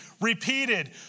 repeated